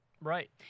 Right